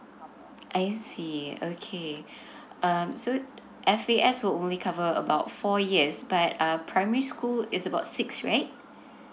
I see okay um so F A S will only cover about four years but uh primary school is about six right